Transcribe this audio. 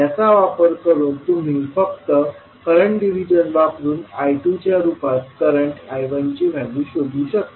याचा वापर करून तुम्ही फक्त करंट डिव्हिजन वापरून I2च्या रूपात करंट I1ची व्हॅल्यू शोधू शकता